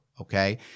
Okay